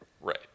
Right